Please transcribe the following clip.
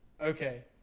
Okay